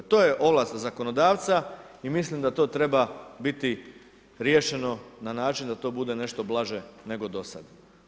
To je ovlast zakonodavca i mislim da to treba biti riješeno na način da to bude nešto blaže nego do sad.